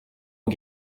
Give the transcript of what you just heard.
aux